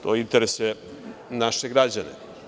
To interesuje naše građane.